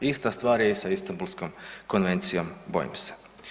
Ista stvar je i sa Istambulskom konvencijom, bojim se.